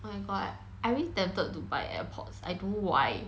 oh my god I very tempted to buy airpods I don't know why